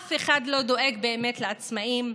אף אחד לא דואג באמת לעצמאים,